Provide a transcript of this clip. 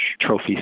trophy